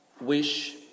wish